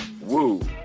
Woo